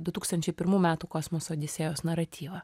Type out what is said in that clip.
du tūkstančiai pirmų metų kosmoso odisėjos naratyvą